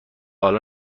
حالا